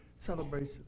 celebration